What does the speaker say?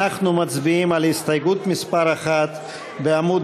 אנחנו מצביעים על הסתייגות מס' 1 בעמוד